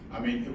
i mean,